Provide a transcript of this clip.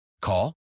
Call